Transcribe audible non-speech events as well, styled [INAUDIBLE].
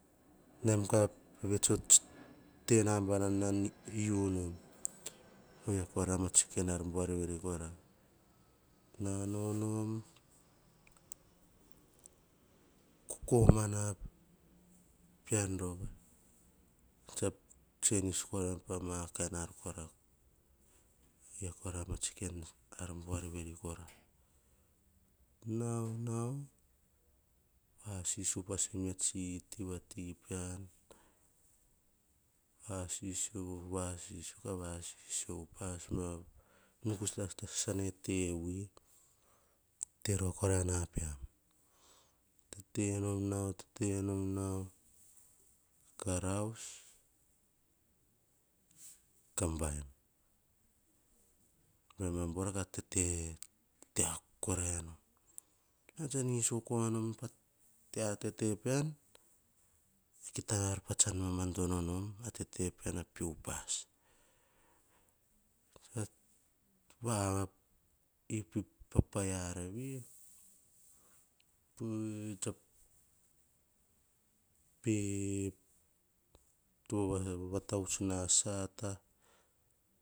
Naim kora vets a nambana nan viu nom oria kora matsi ar buana vi kora. Na nau nom, kokomana pean, panis kora pa ma kain ar kora. Oyia kora matsi ar veri kora. Nau-nau vasisio upas me am buar tena rova kora na pean. Vasisio ka vasisio upas me am buar tena rova kora na pean, tete nom nau, tete nom nau, karaus ka baini ka tete akuk korai nu. Patsan iso kora pa tete pean va pe upas. Va hiphip pa paia ar vi [HESITATION] to pe vatavuts na sata.